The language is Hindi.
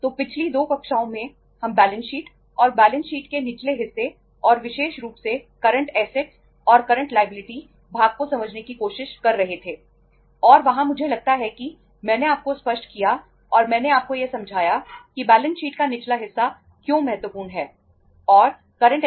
तो पिछली 2 कक्षाओं में हम बैलेंस शीट को ठीक से प्रबंधित करना यह कितना महत्वपूर्ण है